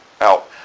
out